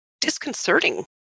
disconcerting